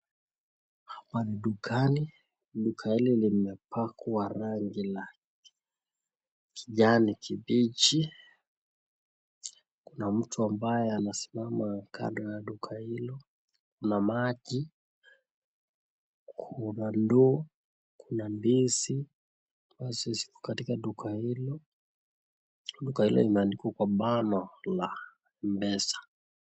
Hapa ni dukani. Duka hili limepakwa rangi la kijani kibichi. Kuna mtu ambaye anasimama kando ya duka hilo. Kuna maji, kuna ndoo, kuna ndizi, basi ziko katika duka hilo. Duka hilo limeandikwa kwa bano la Mpesa.